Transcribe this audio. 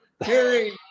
Harry